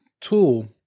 tool